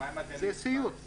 זה סיוט.